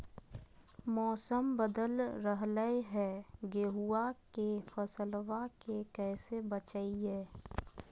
मौसम बदल रहलै है गेहूँआ के फसलबा के कैसे बचैये?